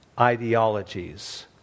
ideologies